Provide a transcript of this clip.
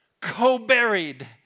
co-buried